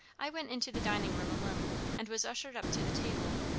i went into the dining-room alone and was ushered up to the table,